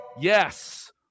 Yes